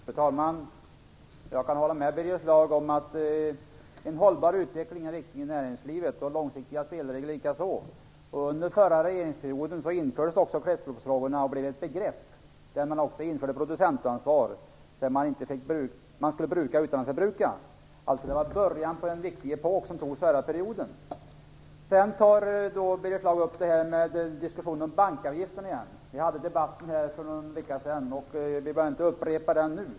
Fru talman! Jag kan hålla med Birger Schlaug om att en hållbar utveckling är viktig i näringslivet, likaså de långsiktiga spelreglerna. Under förra regeringsperioden infördes kretsloppsfrågorna som ett begrepp. Man införde också producentansvar. Man skulle bruka utan att förbruka. Det var alltså början på en viktig epok. Birger Schlaug tar upp diskussionen om bankavgifter igen. Vi hade en debatt om det för en vecka sedan, så vi behöver inte upprepa den nu.